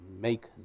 make